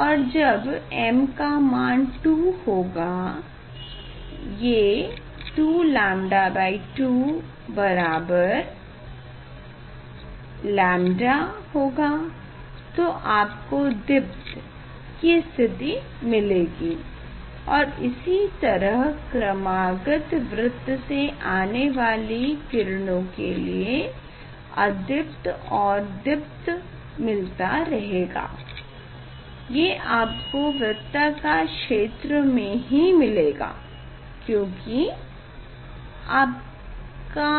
और जब m का मान 2 होगा ये 2𝞴2 बराबर 𝞴 होगा तो आपको दीप्त की स्थिति मिलेगी और इसी तरह क्रमागत वृत्त से आने वाली किरणों के लिए अदीप्त और दीप्त मिलता रहेगा ये आपको वृत्ताकार क्षेत्र में ही मिलेगा क्योंकि आपका